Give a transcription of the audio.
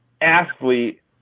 athlete